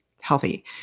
healthy